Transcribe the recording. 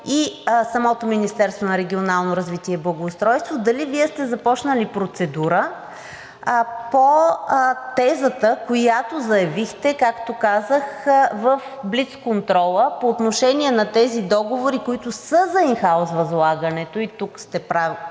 и самото Министерство на регионалното развитие и благоустройството, дали Вие сте започнали процедура по тезата, която заявихте, както казах в блицконтрола, по отношение на тези договори, които са за ин хаус възлагането и тук правилно